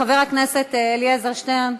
חבר הכנסת אליעזר שטרן,